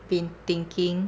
been thinking